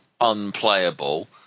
unplayable